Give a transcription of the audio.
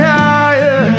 higher